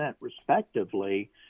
respectively